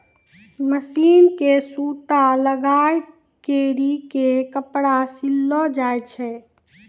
machine मे सूता लगाय करी के कपड़ा सिलो जाय छै